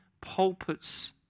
pulpits